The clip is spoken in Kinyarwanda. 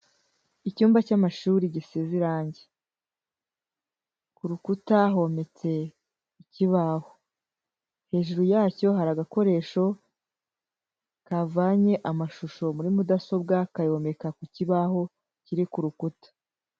Icyumba cy'amashuri gisize irange, ku rukuta hometse ikibaho, hejuru yacyo hari agakoresho kavanye amashusho muri mudasobwa, kayomeka ku kibaho kiri ku rukuta.